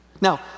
Now